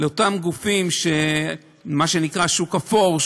לאותם גופים של השוק האפור,